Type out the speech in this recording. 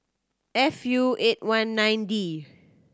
F U eight one nine D